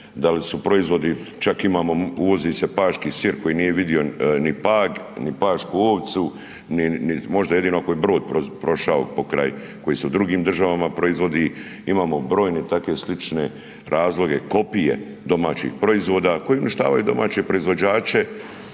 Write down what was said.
da li su proizvodi čak imamo, uvozi se paški sir koji nije vidio ni Pag, ni pašku ovcu, možda jedino ako je brod prošao pokraj, koji se u drugim državama proizvodi, imamo brojne takve slične razloge kopije domaćih proizvoda koji uništavaju domaće proizvođače.